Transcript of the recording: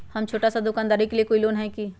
हम छोटा सा दुकानदारी के लिए कोई लोन है कि?